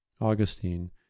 Augustine